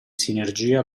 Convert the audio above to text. sinergia